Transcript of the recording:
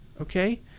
okay